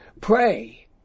pray